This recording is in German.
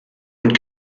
und